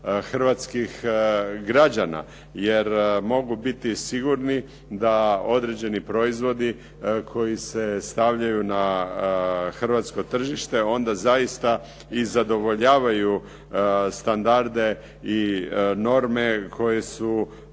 hrvatskih građana. Jer mogu biti sigurni da određeni proizvodi koji se stavljaju na hrvatsko tržište onda zaista i zadovoljavaju standarde i norme koje su